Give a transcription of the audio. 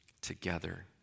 together